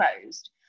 closed